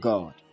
God